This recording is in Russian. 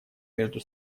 между